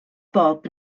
bob